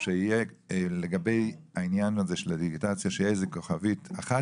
שיהיה לגבי העניין הזה של הדיגיטציה איזו כוכבית אחת